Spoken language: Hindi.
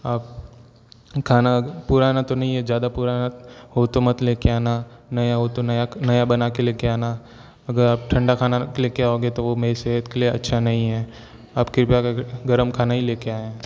आप खाना पुराना तो नहीं है ज़्यादा पुराना हो तो मत लेकर आना नया हो तो नया बनाकर लेकर आना अगर आप ठंडा खाना लेकर आओगे तो वो मेरे सेहत के लिए अच्छा नहीं है आप कई बार गरम खाना ही लेकर आए